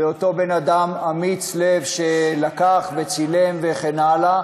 לאותו בן-אדם אמיץ לב שלקח וצילם וכן הלאה,